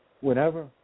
whenever